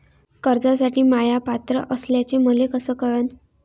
कर्जसाठी म्या पात्र असल्याचे मले कस कळन?